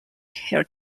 her